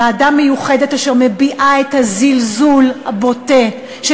ועדה מיוחדת שמביעה את הזלזול הבוטה של